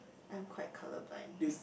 I'm quite colour blind